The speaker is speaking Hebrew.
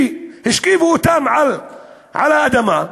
שהשכיבו אותם על האדמה,